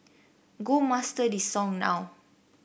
go master this song now